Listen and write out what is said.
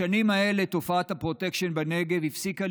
בשנים האלה תופעת הפרוטקשן בנגב הפסיקה